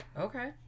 Okay